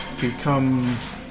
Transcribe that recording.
becomes